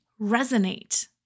resonate